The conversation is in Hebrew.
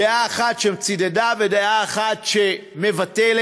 דעה אחת שצדדה ודעה אחת שמבטלת,